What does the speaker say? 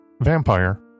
vampire